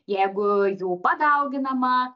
jeigu jų padauginama